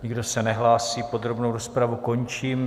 Nikdo se nehlásí, podrobnou rozpravu končím.